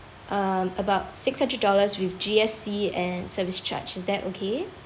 um about six hundred dollars with G_S_T and service charge is that okay